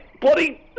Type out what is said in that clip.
bloody